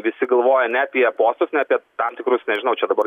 visi galvoja ne apie postus ne apie tam tikrus nežinau čia dabar